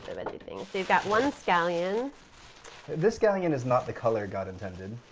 veggie things. you've got one scallion this scallion is not the color god intended.